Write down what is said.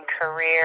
career